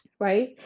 right